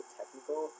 technical